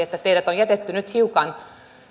että teidät on jätetty nyt niin kuin hiukan